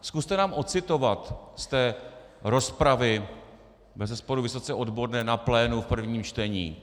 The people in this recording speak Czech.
Zkuste nám odcitovat z té rozpravy, bezesporu vysoce odborné na plénu v prvním čtení.